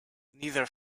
neither